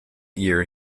year